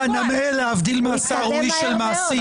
חנמאל, להבדיל מהשר, הוא איש של מעשים.